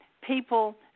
people